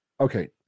okay